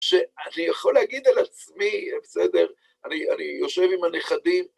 שאני יכול להגיד על עצמי, בסדר, אני יושב עם הנכדים...